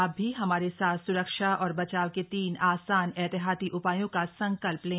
आप भी हमारे साथ स्रक्षा और बचाव के तीन आसान एहतियाती उपायों का संकल्प लें